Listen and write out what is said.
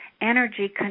energy